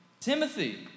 Timothy